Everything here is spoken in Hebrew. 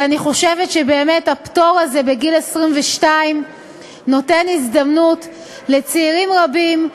ואני חושבת שבאמת הפטור הזה בגיל 22 נותן הזדמנות לצעירים רבים,